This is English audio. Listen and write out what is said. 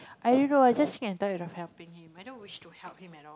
i don't know I just sick and tired of helping him i don't wish to help him at all